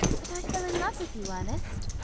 but i fell in love with you, ernest.